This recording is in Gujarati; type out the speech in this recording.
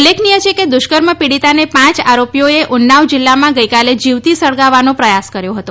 ઉલ્લેખનિય છે કે દુષ્કર્મ પીડિતાને પાંચ આરોપીઓએ ઉન્નાવ જિલ્લામાં ગઈકાલે જીવતી સળગાવવાનો પ્રયાસ કર્યો હતો